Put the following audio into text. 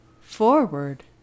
forward